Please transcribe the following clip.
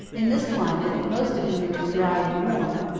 in this climate, most of the year is dry and warm,